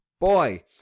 boy